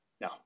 no